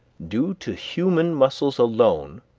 due to human muscles alone,